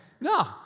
No